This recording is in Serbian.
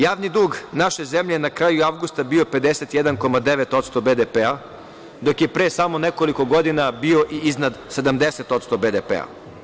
Javni dug naše zemlje je na kraju avgusta bio 51,9% BDP, dok je pre samo nekoliko godina bio iznad 70% BDP.